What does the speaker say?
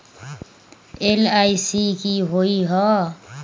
LIC की होअ हई?